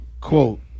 quote